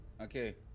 Okay